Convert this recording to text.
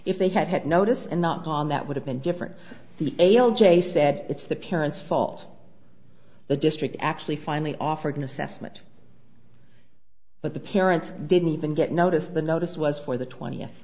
if they had had notice and not gone that would have been different the ale jay said it's the parents fault the district actually finally offered an assessment but the parents didn't even get notice the notice was for the twentieth